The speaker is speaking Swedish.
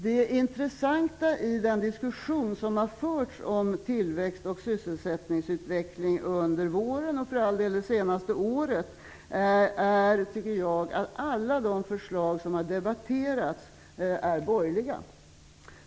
Det intressanta i den diskussion som har förts om tillväxt och sysselsättningsutveckling under våren, och för all del under det senaste året, är att alla de förslag som har debatterats är borgerliga.